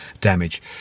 damage